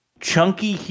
Chunky